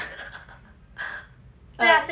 ah